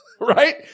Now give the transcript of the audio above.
right